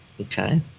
Okay